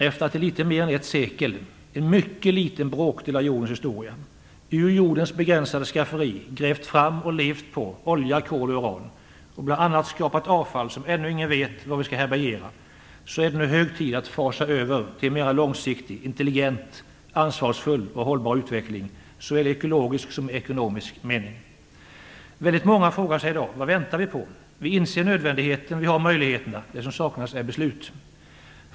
Efter att i litet mer än ett sekel - en mycket liten bråkdel av jordens historia - ur jordens begränsade skafferi ha grävt fram och levt på olja, kol och uran och bl.a. skapat avfall som ännu ingen vet var vi skall härbärgera, är det nu hög tid att fasa över till en mer långsiktig, intelligent, ansvarsfull och hållbar utveckling, såväl i ekologisk som i ekonomisk mening. Väldigt många frågar sig i dag: Vad väntar vi på? Vi inser nödvändigheten. Vi har möjligheterna. Det som saknas är beslut.